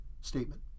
statement